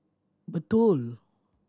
BPTUOL